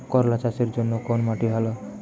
করলা চাষের জন্য কোন মাটি ভালো?